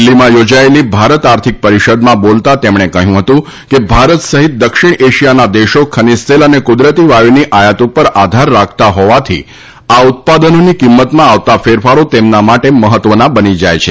દિલ્ફીમાં યોજાયેલી ભારત આર્થિક પરિષદમાં બોલતા તેમણે કહ્યું હતું કે ભારત સહિત દક્ષિણ એશિયાના દેશો ખનીજ તેલ અને ક્રદરતી વાયુની આયાત ઉપર આધાર રાખતા હોવાથી આ ઉત્પાદનોની કિંમતમાં આવતા ફેરફારો તેમના માટે મહત્વના બની જાય છે